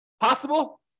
Possible